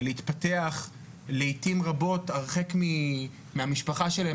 שמתפתחת הרבה פעמים הרחק מהמשפחה שלהם,